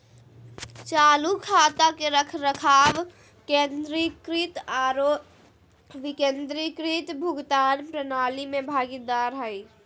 चालू खाता के रखरखाव केंद्रीकृत आरो विकेंद्रीकृत भुगतान प्रणाली में भागीदार हइ